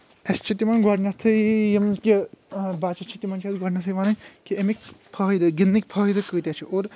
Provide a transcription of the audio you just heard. اسہِ چھِ تِمن گۄڈٕنیتھے یِم کہِ بچہِ چھِ تِمن چھِ أسۍ گۄڈٕنیتھے ونان کہِ امیِکۍ فٲیِدٕ گِنٛدنٕکۍ فٲیِدٕ کۭتیاہ چھِ اور